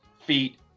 feet